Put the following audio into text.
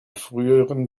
früheren